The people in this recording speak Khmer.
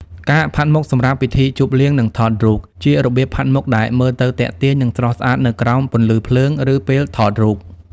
ការផាត់មុខសម្រាប់ពិធីជប់លៀង និងថតរូប ជារបៀបផាត់មុខដែលមើលទៅទាក់ទាញ និងស្រស់ស្អាតនៅក្រោមពន្លឺភ្លើង ឬពេលថតរូប។